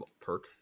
perk